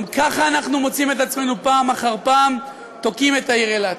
גם ככה אנחנו מוצאים את עצמנו פעם אחר פעם תוקעים את העיר אילת,